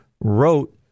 wrote